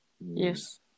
Yes